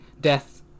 death